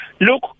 look